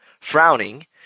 Frowning